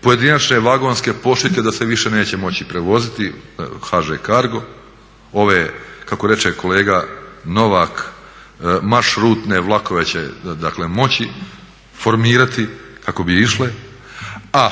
pojedinačne vagonske pošiljke da se više neće moći prevoziti HŽ Cargo, ove kako reče kolega Novak marš rutne vlakove će dakle moći formirati kako bi išle, a